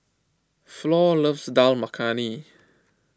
Flor loves Dal Makhani